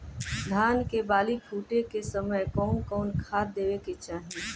धान के बाली फुटे के समय कउन कउन खाद देवे के चाही?